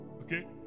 Okay